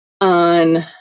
on